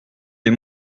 des